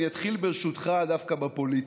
אני אתחיל, ברשותך, דווקא בפוליטי.